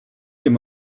him